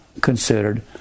considered